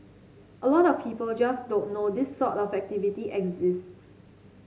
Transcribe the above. a lot of people just don't know this sort of activity exists